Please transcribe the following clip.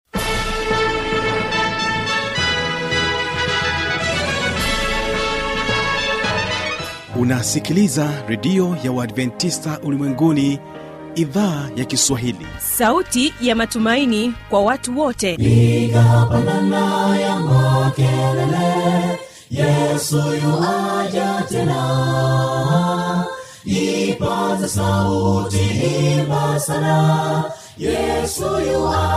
Unasikiliza redio ya Waadventista Ulimwenguni, Idhaa ya Kiswahili. Sauti ya matumaini kwa watu wote. Piga panda ya makelele, Yesu yu aja tena. Ipaza sauti, imba sana, Yesu yu